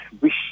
wish